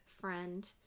friend